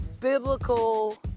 biblical